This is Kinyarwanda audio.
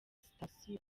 sitasiyo